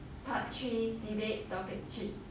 part three debate topic three